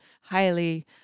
Highly